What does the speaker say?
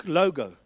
logo